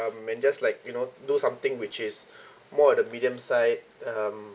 and just like you know do something which is more of the medium side um